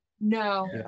No